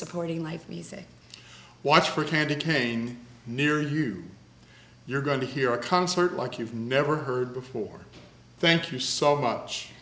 supporting life music watch for candy cane near you you're going to hear a concert like you've never heard before thank you so much